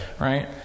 Right